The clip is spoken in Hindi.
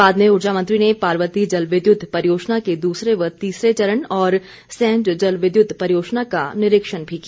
बाद में ऊर्जा मंत्री ने पार्वती जल विद्यत परियोजना के दूसरे व तीसरे चरण और सैंज जल विद्युत परियोजना का निरीक्षण भी किया